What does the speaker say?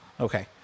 Okay